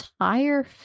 entire